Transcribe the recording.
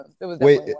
wait